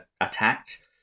attacked